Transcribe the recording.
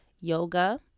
yoga